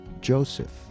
Joseph